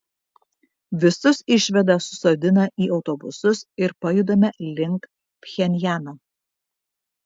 visus išveda susodina į autobusus ir pajudame link pchenjano